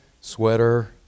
sweater